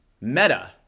meta